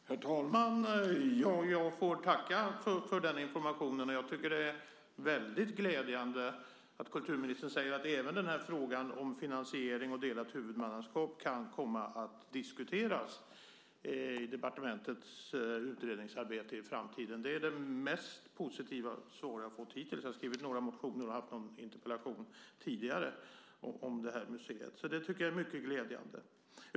Herr talman! Jag får tacka för den informationen. Det är väldigt glädjande att kulturministern säger att även frågan om finansiering och delat huvudmannaskap kan komma att diskuteras i departementets utredningsarbete i framtiden. Det är det mest positiva svar jag har fått hittills. Jag har skrivit några motioner och haft några interpellationsdebatter tidigare om detta museum, så det är mycket glädjande.